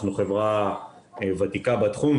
אנחנו חברה ותיקה בתחום,